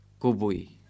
kubui